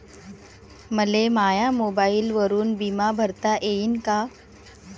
मले माया मोबाईलवरून बिमा भरता येईन का?